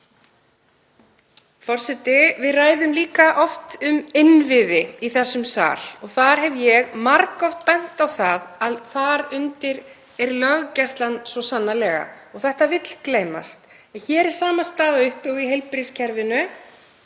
Forseti. Við ræðum líka oft um innviði í þessum sal og þar hef ég margoft bent á það að þar undir er löggæslan svo sannarlega. Þetta vill gleymast. Hér er sama staða uppi og í heilbrigðiskerfinu